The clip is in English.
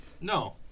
No